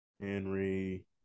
Henry